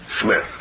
Smith